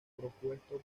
propuesto